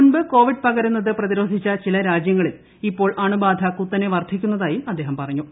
മുമ്പ് കോവിഡ് പകരുന്നത് പ്രതിരോക്കിച്ചും ചില രാജ്യങ്ങളിൽ ഇപ്പോൾ അണുബാധ കുത്തനെ വർദ്ധിക്ക്ക്ന്നതായും അദ്ദേഹം പറഞ്ഞു